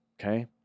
okay